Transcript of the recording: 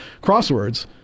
crosswords